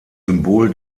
symbol